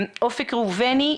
אופק ראובני,